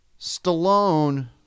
Stallone